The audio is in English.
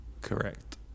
correct